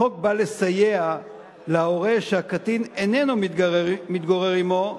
החוק בא לסייע להורה שהקטין איננו מתגורר עמו,